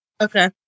Okay